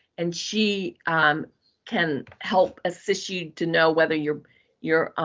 and she can help assist you to know whether your your